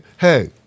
hey